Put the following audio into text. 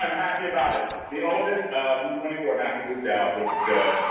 um happy about it. the oldest he's twenty four. now he moved out, which's good.